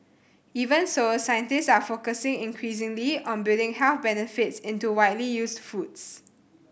even so scientists are focusing increasingly on building health benefits into widely used foods